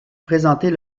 présenter